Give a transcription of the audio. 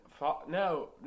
no